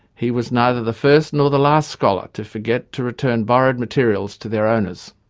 he was neither the first nor the last scholar to forget to return burrowed materials to their owners.